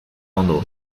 ondo